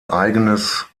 eigenes